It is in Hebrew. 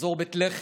באזור בית לחם,